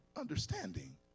understanding